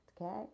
okay